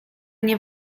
nie